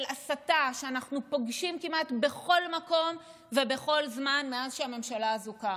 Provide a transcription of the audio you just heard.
של הסתה שאנחנו פוגשים כמעט בכל מקום ובכל זמן מאז שהממשלה הזו קמה.